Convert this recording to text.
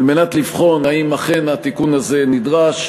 על מנת לבחון אם אכן התיקון הזה נדרש,